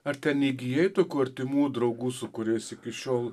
ar ten įgijai tokių artimų draugų su kuriais iki šiol